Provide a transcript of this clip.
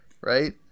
Right